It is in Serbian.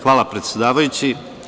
Hvala predsedavajući.